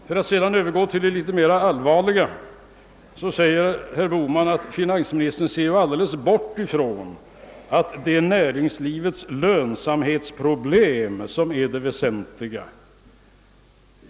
För att sedan övergå till det litet mer allvarliga säger herr Bohman att finansministern helt bortser ifrån att det är näringslivets lönsamhetsproblem som är det väsentliga.